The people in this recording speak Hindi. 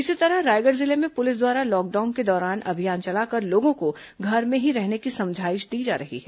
इसी तरह रायगढ़ जिले में पुलिस द्वारा लॉकडाउन के दौरान अभियान चलाकर लोगों को घर में ही रहने की समझाईश दी जा रही है